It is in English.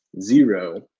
zero